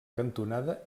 cantonada